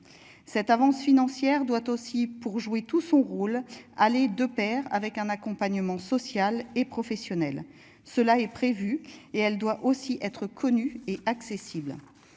cette avance financière doit aussi pour jouer tout son rôle. Aller de Pair avec un accompagnement social et professionnel. Cela est prévu, et elle doit aussi être connue et accessible.